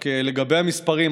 רק לגבי המספרים,